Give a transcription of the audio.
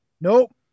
Nope